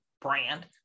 brand